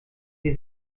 wir